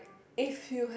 if you have